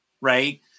right